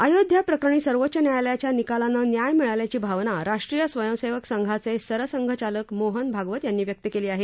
अयोध्या प्रकरणी सर्वोच्च न्यायालयाच्या निकालानं न्याय मिळाल्याची भावना राष्ट्रीय स्वयंसेवक संघाचे सरसंघचालक मोहन भागवत यांनी व्यक्त केली आहे